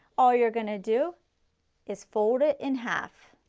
all you are going to do is fold it in half.